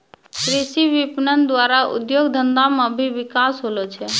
कृषि विपणन द्वारा उद्योग धंधा मे भी बिकास होलो छै